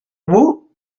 woot